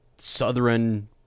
southern